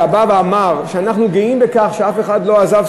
שבא ואמר שאנחנו גאים בכך שאף אחד לא עזב,